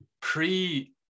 pre